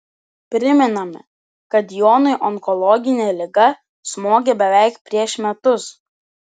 primename kad jonui onkologinė liga smogė beveik prieš metus